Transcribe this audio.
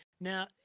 Now